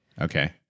Okay